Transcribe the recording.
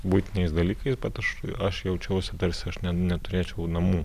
buitiniais dalykais bet aš aš jaučiausi tarsi aš ne neturėčiau namų